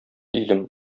илем